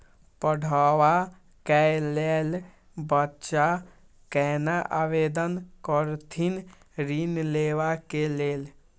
पढ़वा कै लैल बच्चा कैना आवेदन करथिन ऋण लेवा के लेल?